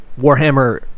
Warhammer